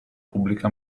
pubblica